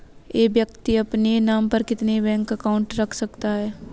एक व्यक्ति अपने नाम पर कितने बैंक अकाउंट रख सकता है?